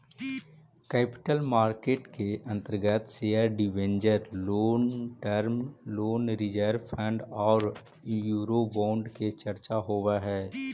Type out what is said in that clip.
capital market के अंतर्गत share debenture long term loan reserve fund औउर यूरोबोंड के चर्चा होवऽ हई